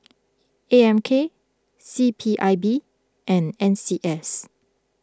A M K C P I B and N C S